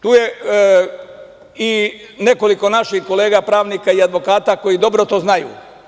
Tu je i nekoliko naših kolega pravnika i advokata koji dobro to znaju.